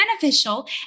beneficial